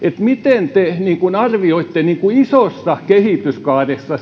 miten te arvioitte isossa kehityskaaressa